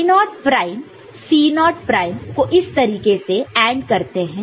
G0 naught naught prime C0 naught naught prime को इस तरीके से AND करते हैं